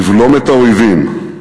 לבלום את האויבים.